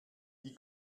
die